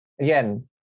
again